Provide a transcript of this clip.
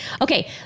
okay